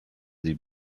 sie